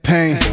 Pain